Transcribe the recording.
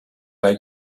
they